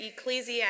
Ecclesiastes